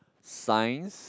science